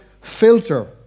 filter